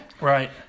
Right